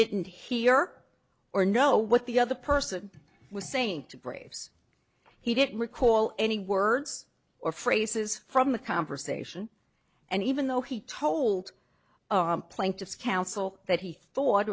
didn't hear or know what the other person was saying to braves he didn't recall any words or phrases from the conversation and even though he told plaintiff's counsel that he thought